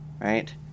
Right